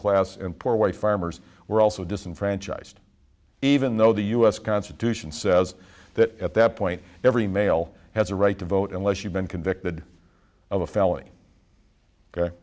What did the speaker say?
class and poor white farmers were also disenfranchised even though the us constitution says that at that point every male has a right to vote unless you've been convicted of a felony